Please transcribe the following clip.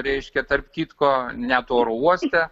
reiškia tarp kitko net oro uoste